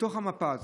לתוך המפה הזאת?